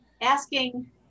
asking